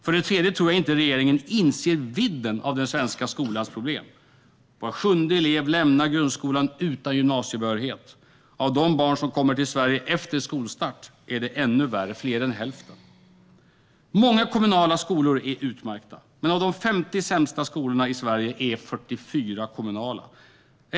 För det tredje tror jag inte att regeringen inser vidden av den svenska skolans problem. Var sjunde elev lämnar grundskolan utan gymnasiebehörighet. Bland de barn som kommer till Sverige efter skolstart är det ännu värre: fler än hälften. Många kommunala skolor är utmärkta, men av de 50 sämsta skolorna i Sverige är 44 kommunala.